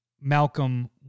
Malcolm